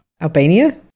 Albania